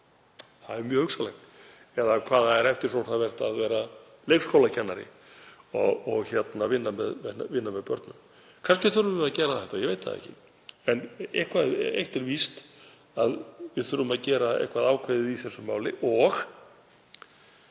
það er mjög hugsanlegt, eða hvað það er eftirsóknarvert að vera leikskólakennari og vinna með börnum. Kannski þurfum við að gera þetta, ég veit það ekki. En eitt er víst að við þurfum að gera eitthvað ákveðið í þessu máli.